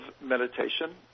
meditation